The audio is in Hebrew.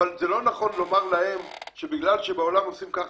אבל זה לא נכון לומר שבגלל שבעולם עושים ככה